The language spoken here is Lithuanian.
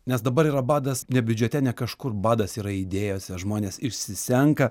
nes dabar yra badas ne biudžete ne kažkur badas yra idėjose žmonės išsisenka